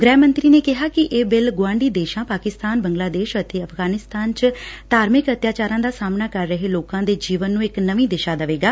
ਗ੍ਹਿ ਮੰਤਰੀ ਨੇ ਕਿਹਾ ਕਿ ਇਹ ਬਿੱਲ ਗੁਆਂਢੀ ਦੇਸ਼ਾਂ ਪਾਕਿਸਤਾਨ ਬੰਗਲਾਦੇਸ਼ ਅਤੇ ਅਫ਼ਗਾਨਿਸਤਾਨ ਚ ਧਾਰਮਿਕ ਅਤਿਆਚਾਰਾਂ ਦਾ ਸਾਹਮਣਾ ਕਰ ਰਹੇ ਲੋਕਾਂ ਦੇ ਜੀਵਨ ਨੂੰ ਇਕ ਨਵੀਂ ਦਿਸ਼ਾ ਦਵੇਗਾ